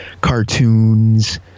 cartoons